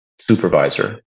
supervisor